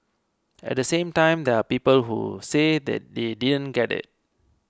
at the same time there are people who say that they didn't get it